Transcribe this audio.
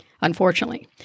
unfortunately